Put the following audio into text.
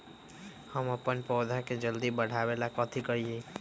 हम अपन पौधा के जल्दी बाढ़आवेला कथि करिए?